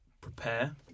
prepare